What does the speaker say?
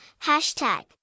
hashtag